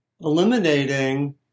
eliminating